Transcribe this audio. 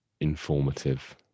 informative